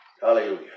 Hallelujah